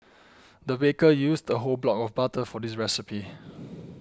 the baker used a whole block of butter for this recipe